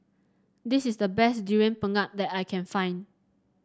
this is the best Durian Pengat that I can find